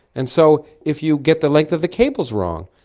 and so if you get the length of the cables wrong.